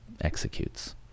executes